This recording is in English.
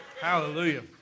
Hallelujah